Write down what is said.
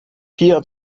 pia